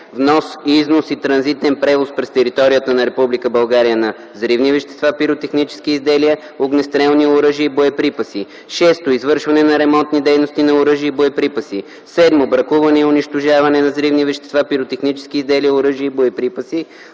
внос, износ и транзитен превоз през територията на Република България на взривни вещества, пиротехнически изделия, огнестрелни оръжия и боеприпаси; 6. извършване на ремонтни дейности на оръжия и боеприпаси; 7. бракуване и унищожаване на взривни вещества, пиротехнически изделия, оръжия и боеприпаси;